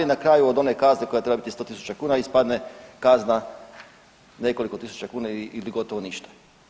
Na kraju od one kazne koja treba biti 100 000 kuna ispadne kazne nekoliko tisuća kuna ili gotovo ništa.